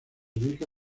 ubica